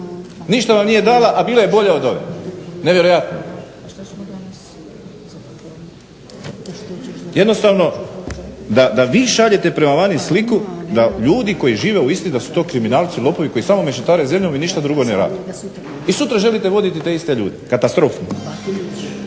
ništa vam nije dala a bila je bolja od ove. Nevjerojatno. Jednostavno da vi šaljete prema vani sliku da ljudi koji žive u Istri da su to kriminalci, lopovi koji samo mešetare zemljom i ništa drugo ne rade. I sutra želite voditi te iste ljude. Katastrofa.